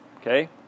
okay